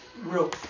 real